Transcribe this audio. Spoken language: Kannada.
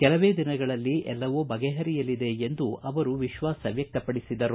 ಕೆಲವೇ ದಿನಗಳಲ್ಲಿ ಎಲ್ಲವೂ ಬಗೆಪರಿಯಲಿದೆ ಎಂದು ವಿಶ್ವಾಸ ವ್ಯಕ್ತಪಡಿಸಿದರು